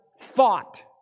thought